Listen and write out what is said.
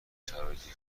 شرایطی